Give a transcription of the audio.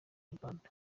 inyarwanda